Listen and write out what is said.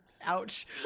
ouch